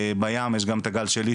בים יש גם את הגל שלי,